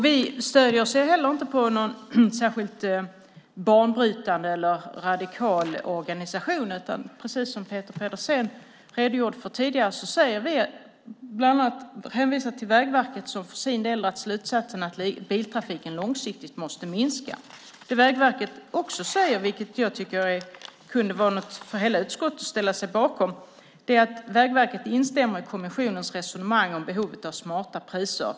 Vi stöder oss inte heller på någon särskilt banbrytande eller radikal organisation, utan precis som Peter Pedersen redogjorde för tidigare hänvisar vi till Vägverket som för sin del dragit slutsatsen att biltrafiken långsiktigt måste minska. Det Vägverket också säger, vilket jag tycker kunde vara något för hela utskottet att ställa sig bakom, är att man instämmer i kommissionens resonemang om behovet av smarta priser.